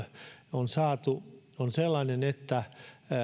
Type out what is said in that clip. on saatu sellainen että